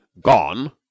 gone